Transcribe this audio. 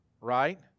right